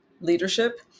leadership